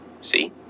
See